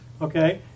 Okay